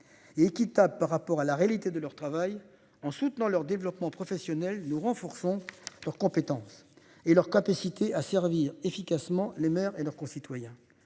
Et équitable par rapport à la réalité de leur travail en soutenant leur développement professionnel nous renforçons leur compétence et leur capacité à servir efficacement les maires et leurs concitoyens